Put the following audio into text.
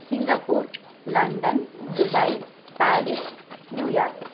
Singapore London Dubai Paris New York